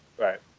Right